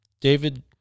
David